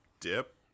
dip